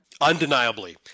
Undeniably